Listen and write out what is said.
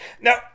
Now